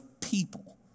people